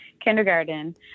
kindergarten